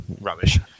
rubbish